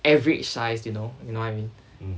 average size you know you know what I mean